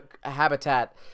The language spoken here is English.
habitat